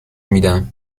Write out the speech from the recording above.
میدم